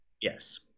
yes